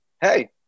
Hey